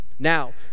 Now